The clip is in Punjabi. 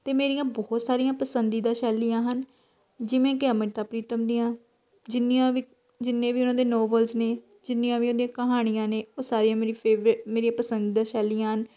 ਅਤੇ ਮੇਰੀਆਂ ਬਹੁਤ ਸਾਰੀਆਂ ਪਸੰਦੀਦਾ ਸ਼ੈਲੀਆਂ ਹਨ ਜਿਵੇਂ ਕਿ ਅਮ੍ਰਿਤਾ ਪ੍ਰੀਤਮ ਦੀਆਂ ਜਿੰਨੀਆਂ ਵੀ ਜਿੰਨੇ ਵੀ ਉਹਨਾਂ ਦੇ ਨੋਬਲਸ ਨੇ ਜਿੰਨੀਆਂ ਵੀ ਉਹਦੀਆਂ ਕਹਾਣੀਆਂ ਨੇ ਉਹ ਸਾਰੀਆਂ ਮੇਰੀ ਫੇਵਰੇ ਮੇਰੀਆਂ ਪਸੰਦੀਦਾ ਸ਼ੈਲੀਆਂ